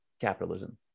capitalism